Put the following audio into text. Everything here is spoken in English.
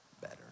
better